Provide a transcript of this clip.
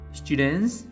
students